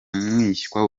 mwishywa